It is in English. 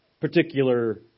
particular